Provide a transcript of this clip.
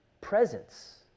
presence